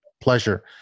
pleasure